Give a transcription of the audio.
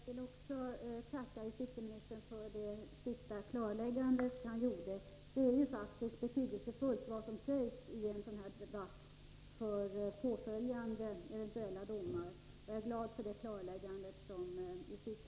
Herr talman! Jag vill också tacka justitieministern för det sista klarläggandet. Vad som sägs i en sådan här debatt är ju faktiskt betydelsefullt för eventuella påföljande domar. Jag är därför glad för det klarläggande vi fick.